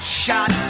shot